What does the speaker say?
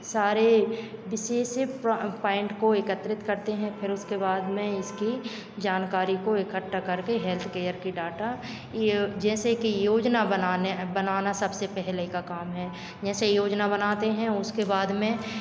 सारे विशेषिव पॉइंट को एकत्रित करते हैं फिर उसके बाद में इसकी जानकारी को इकट्ठा करके हेल्थकेयर की डाटा जैसे कि योजना बनाने बनाना सबसे पहले का काम है जैसे योजना बनाते हैं उसके बाद में